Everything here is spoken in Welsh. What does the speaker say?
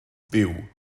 fyw